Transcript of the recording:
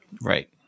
Right